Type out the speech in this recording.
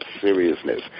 seriousness